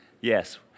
Yes